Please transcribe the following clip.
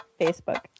Facebook